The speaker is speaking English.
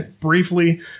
briefly